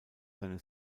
seine